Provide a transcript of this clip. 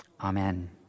Amen